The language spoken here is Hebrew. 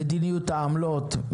מדיניות העמלות,